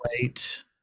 wait